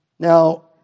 Now